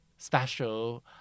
special